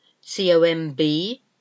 C-O-M-B